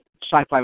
sci-fi